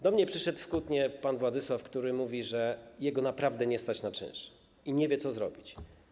Do mnie przyszedł w Kutnie pan Władysław, który mówi, że jego naprawdę nie stać na czynsz i nie wie, co zrobić.